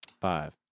Five